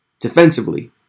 Defensively